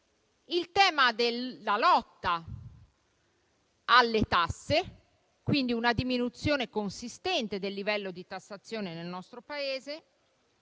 il tema della lotta alle tasse, quindi una diminuzione consistente del livello di tassazione nel nostro Paese;